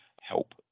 help